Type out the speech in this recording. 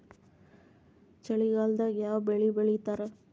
ಚಳಿಗಾಲದಾಗ್ ಯಾವ್ ಬೆಳಿ ಬೆಳಿತಾರ?